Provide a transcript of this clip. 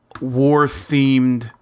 war-themed